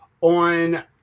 on